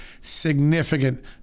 significant